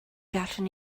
gallwn